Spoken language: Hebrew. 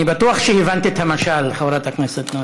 אני בטוח שהבנת את המשל, חברת הכנסת.